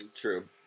true